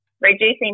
reducing